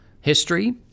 history